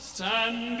Stand